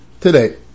today